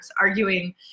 arguing